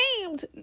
named